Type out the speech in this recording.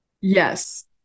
Yes